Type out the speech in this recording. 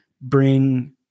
bring